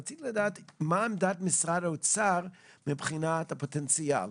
רציתי לדעת מה עמדת משרד האוצר מבחינת הפוטנציאל,